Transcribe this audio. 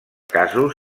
casos